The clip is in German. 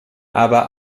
aber